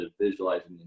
visualizing